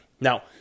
Now